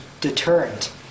deterrent